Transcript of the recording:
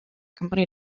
company